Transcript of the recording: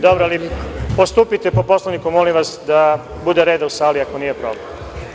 Dobro, ali postupite po Poslovniku, molim vas, da bude red u sali, ako nije problem.